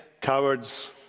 cowards